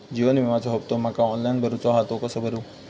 जीवन विम्याचो हफ्तो माका ऑनलाइन भरूचो हा तो कसो भरू?